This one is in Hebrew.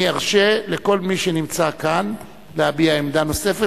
אני ארשה לכל מי שנמצא כאן להביע עמדה נוספת,